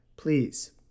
Please